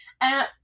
And-